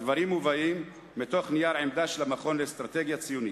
והדברים מובאים מתוך מסמך עמדה של המכון לאסטרטגיה ציונית: